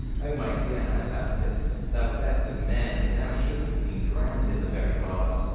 oh, my dear anabaptist, thou best of men, that thou should'st have been drowned in the very harbour!